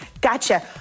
Gotcha